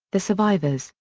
the survivors,